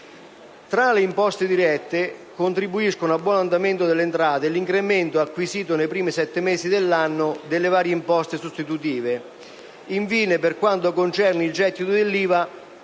altre imposte dirette, contribuiscono al buon andamento delle entrate l'incremento acquisito nei primi sette mesi dell'anno delle varie imposte sostitutive. Infine, per quanto concerne il gettito dell'IVA,